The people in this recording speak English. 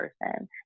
person